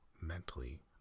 mentally